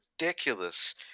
ridiculous